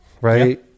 right